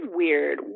weird